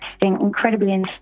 incredibly